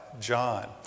John